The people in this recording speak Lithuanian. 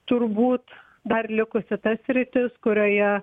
turbūt dar likusi ta sritis kurioje